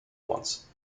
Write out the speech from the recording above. ones